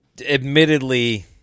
Admittedly –